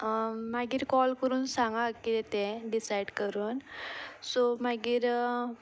मागीर कॉल करून सांगा किदें तें डिसायड करून सो मागीर